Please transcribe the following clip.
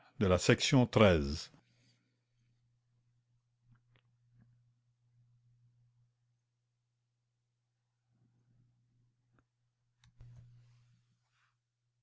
de la sûreté